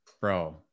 Bro